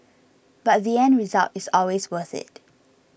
but the end result is always worth it